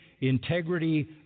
integrity